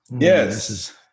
Yes